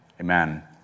amen